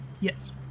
yes